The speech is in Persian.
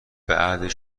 بعدش